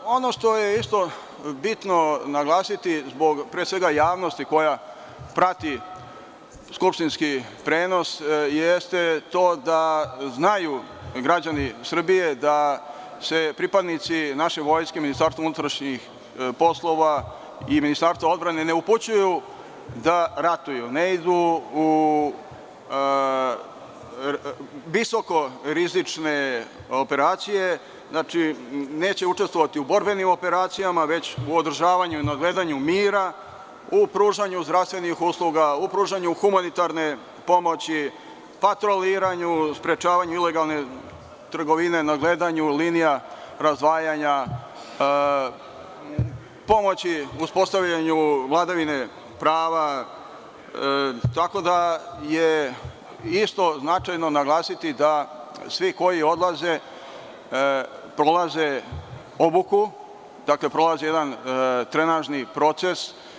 Ono što je isto bitno naglasiti zbog javnosti koja prati skupštinski prenos jeste to da znaju građani Srbije da se pripadnici naše Vojske, MUP i Ministarstva odbrane ne upućuju da ratuju, da ne idu u visoko-rizične operacije, neće učestvovati u borbenim operacijama, već u održavanju i nadgledanju mira, u pružanju zdravstvenih usluga, u pružanju humanitarne pomoći, patroliranju, sprečavanju ilegalne trgovine, nadgledanju linija razdvajanja, pomoći u uspostavljanju vladavine prava, tako da je isto značajno naglasiti da svi koji odlaze, prolaze obuku, prolaze jedan tremažni proces.